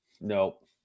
nope